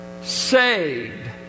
saved